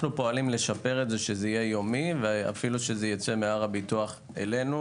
דורשים לשפר את זה שיהיה יומי ואף שייצא מהר הביטוח אלינו